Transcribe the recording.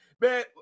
man